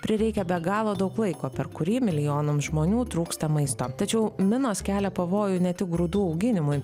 prireikia be galo daug laiko per kurį milijonam žmonių trūksta maisto tačiau minos kelia pavojų ne tik grūdų auginimui